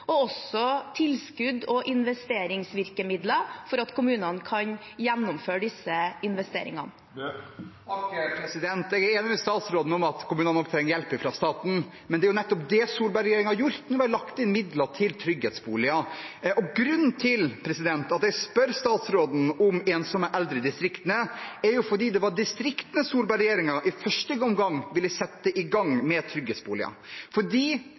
og også tilskudd og investeringsvirkemidler for at kommunene kan gjennomføre disse investeringene. Erlend Svardal Bøe – til oppfølgingsspørsmål. Jeg er enig med statsråden i at kommunene nok trenger hjelp fra staten, men det var nettopp det Solberg-regjeringen ga. Det var lagt inn midler til trygghetsboliger. Grunnen til at jeg spør statsråden om ensomme eldre i distriktene, er at det var i distriktene Solberg-regjeringen i første omgang ville sette i gang med trygghetsboliger, fordi